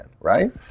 right